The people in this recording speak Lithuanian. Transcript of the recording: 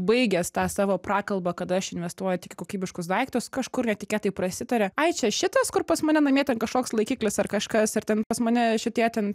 baigęs tą savo prakalbą kad aš investuoj tik į kokybiškus daiktus kažkur netikėtai prasitaria ai čia šitas kur pas mane namie ten kažkoks laikiklis ar kažkas ar ten pas mane šitie ten